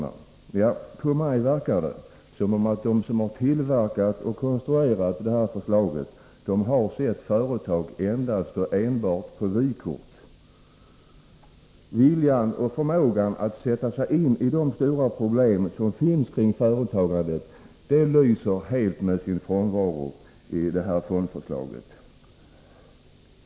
De som har konstruerat detta förslag verkar för mig vara personer, om vilka man kan säga att de sett företag endast på vykort. Viljan och förmågan att sätta sig in i de stora problem som finns kring företagsamheten lyser i fondförslaget helt med sin frånvaro.